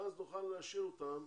ואז נוכל להשאיר אותם.